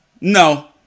No